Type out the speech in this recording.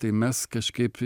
tai mes kažkaip